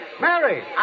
Mary